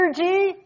energy